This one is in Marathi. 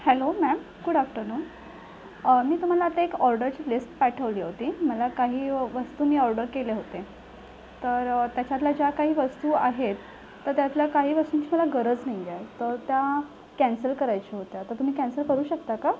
हॅलो मॅम गुड आफ्टरनून मी तुम्हाला आता एक ऑर्डरची लिस्ट पाठवली होती मला काही वस्तू मी ऑर्डर केले होते तर त्याच्यातल्या ज्या काही वस्तू आहेत तर त्यातल्या काही वस्तूंची मला गरज नाही आहे तर त्या कॅन्सल करायच्या होत्या तर तुम्ही कॅन्सल करू शकता का